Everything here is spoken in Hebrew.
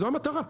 זו המטרה.